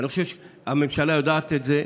אני חושב שהממשלה יודעת את זה,